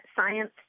science